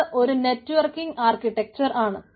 അത് ഒരു networking architecture ആണ്